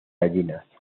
gallinas